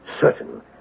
certain